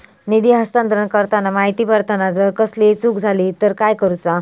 निधी हस्तांतरण करताना माहिती भरताना जर कसलीय चूक जाली तर काय करूचा?